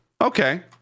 okay